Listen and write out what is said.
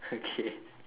okay